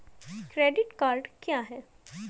Credit card क्या है?